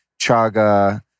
chaga